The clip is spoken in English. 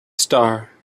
star